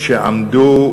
שעמדו,